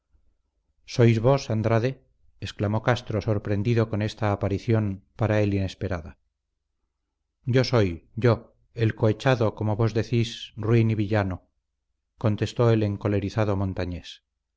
sois vos andrade exclamó castro sorprendido con esta aparición para él inesperada yo soy yo el cohechado como vos decís ruin y villano contestó el encolerizado montañés